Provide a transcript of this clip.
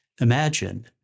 imagine